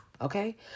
Okay